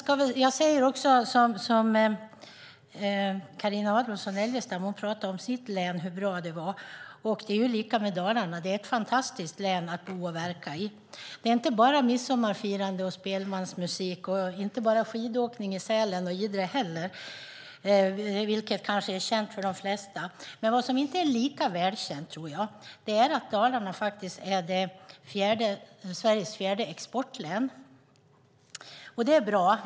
Carina Adolfsson Elgestam talade om hur bra hennes län är. Det är samma sak med Dalarna. Det är ett fantastiskt län att bo och verka i. Där är inte bara midsommarfirande och spelmansmusik och inte heller bara skidåkning i Sälen och Idre, vilket kanske är känt för de flesta. Vad som inte är lika välkänt, tror jag, är att Dalarna är Sveriges fjärde exportlän, och det är bra.